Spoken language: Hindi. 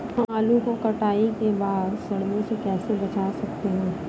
हम आलू को कटाई के बाद सड़ने से कैसे बचा सकते हैं?